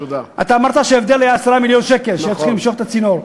אתה אמרת שההבדל הוא 10 מיליון שקל בשביל להתחיל למשוך את הצינור.